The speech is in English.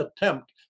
attempt